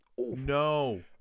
No